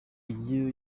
iyo